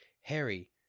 Harry